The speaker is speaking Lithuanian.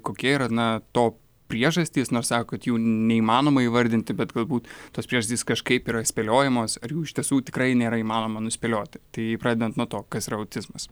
kokie yra na to priežastys nors sako kad jų neįmanoma įvardinti bet galbūt tos priežastys kažkaip yra spėliojamos ar jų iš tiesų tikrai nėra įmanoma nuspėlioti tai pradedant nuo to kas yra autizmas